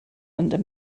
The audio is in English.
under